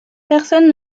personne